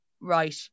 right